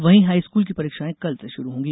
वहीं हाईस्कूल की परीक्षायें कल से शुरू होंगी